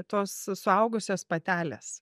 tos suaugusios patelės